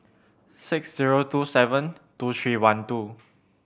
six zero two seven two three one two